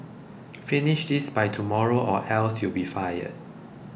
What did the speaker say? finish this by tomorrow or else you'll be fired